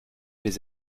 les